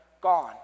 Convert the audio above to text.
gone